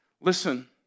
Listen